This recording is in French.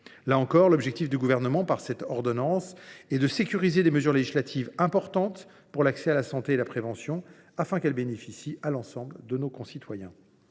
Là encore, l’objectif du Gouvernement, par cette ordonnance, est de sécuriser des mesures législatives importantes pour l’accès à la santé et à la prévention, de sorte que l’ensemble de nos concitoyens